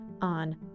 On